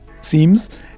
seems